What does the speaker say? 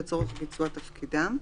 לצורך ביצוע תפקידם,